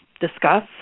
discuss